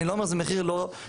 אני לא אומר שזה מחיר לא הגיוני,